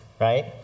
right